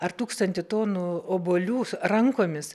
ar tūkstantį tonų obuolių rankomis